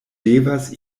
devas